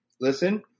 listen